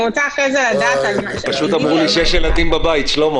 לתיקון התוספת, לאחר המילים: 'להכריז יחד', יבוא: